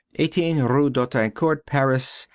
eighteen rue d'autancourt, paris,